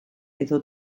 edo